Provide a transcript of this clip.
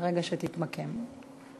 מהרגע שתתמקם.